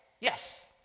Yes